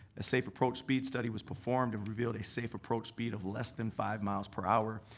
a safe approach speed study was performed and revealed a safe approach speed of less than five miles per hour.